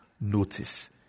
notice